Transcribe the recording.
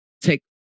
take